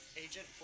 Agent